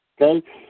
Okay